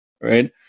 Right